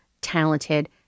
talented